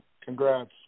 Congrats